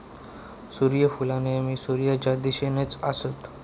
सुर्यफुला नेहमी सुर्याच्या दिशेनेच असतत